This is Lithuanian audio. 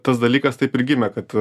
tas dalykas taip ir gimė kad